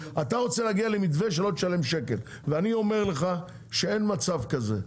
אתה רוצה להגיע למתווה שלא תשלם שקל ואני אומר לך שאין מצב כזה,